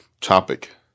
topic